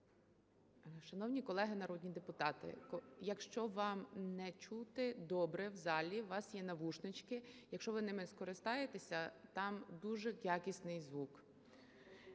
Шановні колеги народні депутати, якщо вам не чути добре в залі, у вас є навушнички. Якщо ви ними скористаєтесь, там дуже якісний звук.